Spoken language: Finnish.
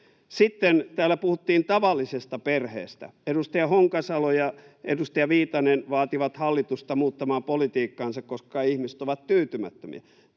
Sitten täällä puhuttiin tavallisesta perheestä. Edustaja Honkasalo ja edustaja Viitanen vaativat hallitusta muuttamaan politiikkaansa, koska ihmiset ovat tyytymättömiä.